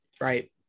right